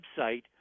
website